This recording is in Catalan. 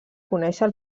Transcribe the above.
conèixer